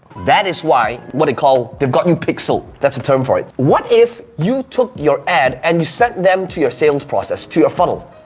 that is why, would it call, they've got you pixel. that's the term for it. what if you took your ad and you sent them to your sales process, to your funnel?